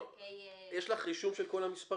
למענקי --- יש לך רישום של כל המספרים?